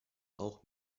auch